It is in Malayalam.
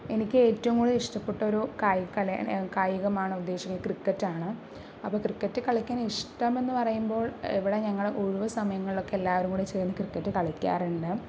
എനിക്ക് ഏറ്റവും കൂടുതലിഷ്ടപ്പെട്ട ഒരു കായിക കലാ കായികമാണ് ഉദ്ദേശിക്കുന്നത് ക്രിക്കറ്റാണ് അപ്പോൾ ക്രിക്കറ്റ് കളിക്കാന് ഇഷ്ടം എന്ന് പറയുമ്പോള് ഇവിടെ ഞങ്ങളുടെ ഒഴിവ് സമയങ്ങളിലൊക്കെ എല്ലാവരും കൂടെ ചേര്ന്ന് ക്രിക്കറ്റ് കളിക്കാറുണ്ട്